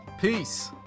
peace